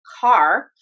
car